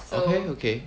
okay okay